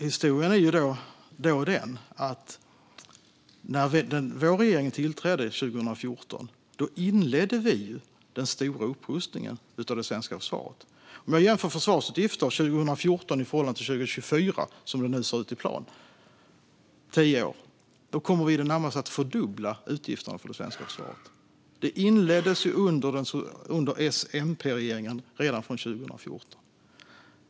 Herr talman! Historien är den att när vår regering tillträdde 2014 inledde vi den stora upprustningen av det svenska försvaret. Jag kan jämföra försvarsutgifter 2014 med försvarsutgifter 2024 som de nu ser ut i plan - det är tio år. Vi kommer i det närmaste att fördubbla utgifterna för det svenska försvaret. Detta inleddes under S-MP-regeringen redan 2014.